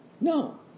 No